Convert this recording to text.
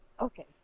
Okay